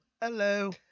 Hello